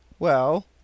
Well